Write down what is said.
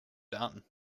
done